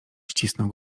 ścisnął